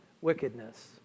wickedness